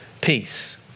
Peace